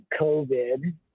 COVID